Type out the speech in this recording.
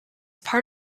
part